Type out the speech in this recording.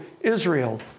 Israel